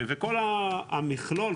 כל המכלול,